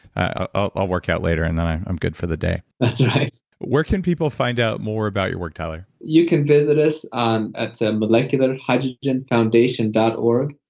ah i'll work out later and then i'm i'm good for the day that's right where can people find out more about your work, tyler? you can visit us on it's ah molecularhydrogenfoundation dot org.